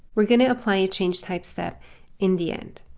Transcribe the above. we're going to apply a changed type step in the end.